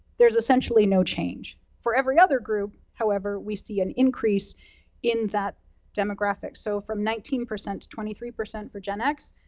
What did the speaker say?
there's essentially no change. for every other group, however, we see an increase in that demographic, so from nineteen percent to twenty three percent for gen x.